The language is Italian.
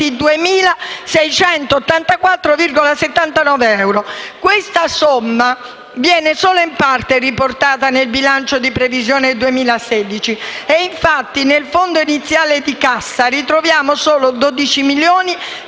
44.222.684,79 euro. Questa somma viene solo in parte riportata nel bilancio di previsione 2016, e infatti nel fondo iniziale di cassa ritroviamo solo 12.355.146